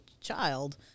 child